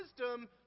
Wisdom